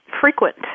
frequent